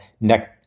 next